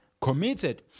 committed